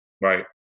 Right